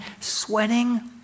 sweating